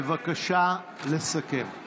בבקשה לסכם.